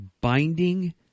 binding